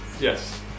Yes